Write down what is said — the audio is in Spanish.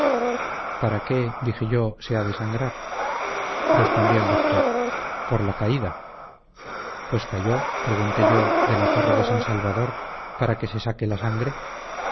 para que dije yo se ha de sangrar respondió el doctor por la caída pues cayó pregunté yo de la torre de san salvador para que se saque la sangre